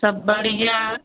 सब बढ़िया